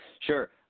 Sure